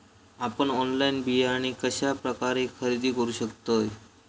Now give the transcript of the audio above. आपन ऑनलाइन बियाणे कश्या प्रकारे खरेदी करू शकतय?